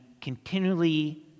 continually